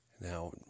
Now